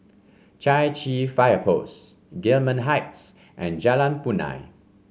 Chai Chee Fire Post Gillman Heights and Jalan Punai